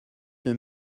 deux